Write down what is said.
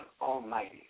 Almighty